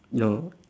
no